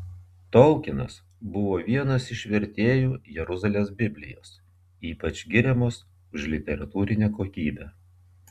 tolkinas buvo vienas iš vertėjų jeruzalės biblijos ypač giriamos už literatūrinę kokybę